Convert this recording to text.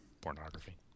pornography